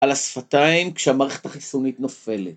על השפתיים כשהמערכת החיסונית נופלת.